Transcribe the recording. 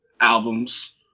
albums